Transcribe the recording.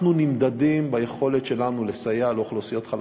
אנחנו נמדדים ביכולת שלנו לסייע לאוכלוסיות חלשות.